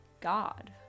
God